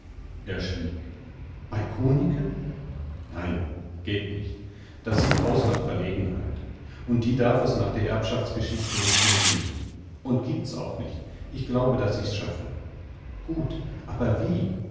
er schwieg bei kunicke nein geht nicht das sieht aus nach verlegenheit und die darf es nach der erbschaftsgeschichte nicht mehr geben und giebt's auch nicht ich glaube daß ich's schaffe gut aber wie